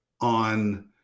on